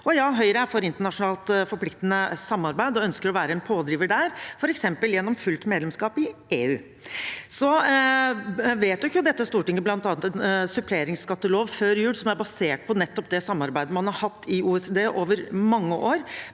Høyre er for internasjonalt forpliktende samarbeid og ønsker å være en pådriver der, f.eks. gjennom fullt medlemskap i EU. Så vedtok Stortinget bl.a. en suppleringsskattelov før jul, som er basert på nettopp det samarbeidet man har hatt i OECD over mange år,